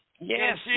Yes